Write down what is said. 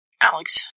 Alex